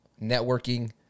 networking